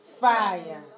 Fire